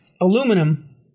aluminum